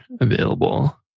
available